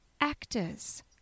actors